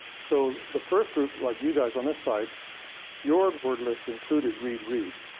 so the first group, like you guys on this side your word list included reed read.